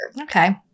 Okay